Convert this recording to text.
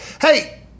hey